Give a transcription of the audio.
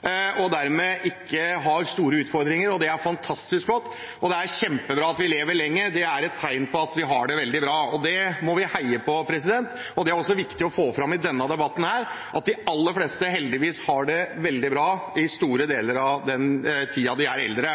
og har dermed ikke store utfordringer. Det er fantastisk flott, og det kjempebra at vi lever lenger. Det er et tegn på at vi har det veldig bra, og det må vi heie på. Det er også viktig å få fram i denne debatten at de aller fleste heldigvis har det veldig bra i store deler av den tiden de er eldre.